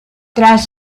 tras